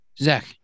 Zach